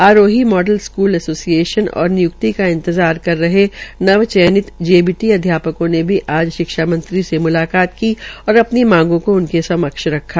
आरोही model school association और निय्क्ति का इंतजार कर हरे नव चयनित जेबीटी अध्यापकों ने भी आज शिक्षा मंत्री से मुलाकत की और अपनी मांगों को उनके समक्ष रखा